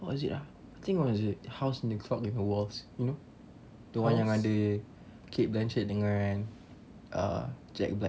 what is it ah I think was it house in the clock with the walls you know the one yang ada cate blanchett dengan uh jack black